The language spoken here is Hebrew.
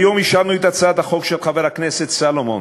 היום אישרנו את הצעת החוק של חבר הכנסת סולומון,